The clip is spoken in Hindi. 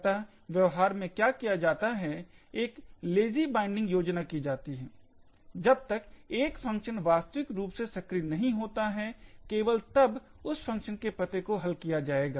अतः व्यवहार में क्या किया जाता है एक लेज़ी बाइंडिंग योजना की जाती है जब एक फंक्शन वास्तविक रूप से सक्रिय होता है केवल तब उस फंक्शन के पते को ठीक किया जाएगा